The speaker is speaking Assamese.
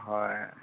হয়